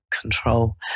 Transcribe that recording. control